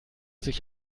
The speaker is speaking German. sich